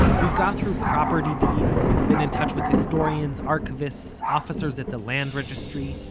we've gone through property deeds, been in touch with historians, archivists, officers at the land registry.